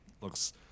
looks